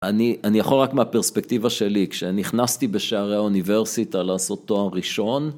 אני יכול רק מהפרספקטיבה שלי, כשנכנסתי בשערי האוניברסיטה לעשות תואר ראשון..